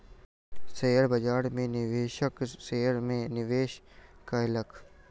share बाजार में निवेशक शेयर में निवेश कयलक